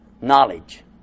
knowledge